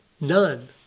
none